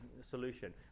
solution